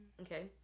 Okay